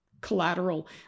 collateral